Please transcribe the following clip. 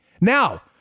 Now